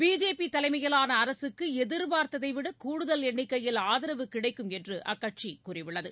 பிஜேபிதலைமையிலானஅரசுக்குஎதிர்பார்த்ததைவிடகூடுதல் எண்ணிக்கையில் ஆதரவு கிடைக்கும் என்றுஅக்கட்சிகூறியுள்ளது